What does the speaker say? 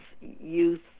youth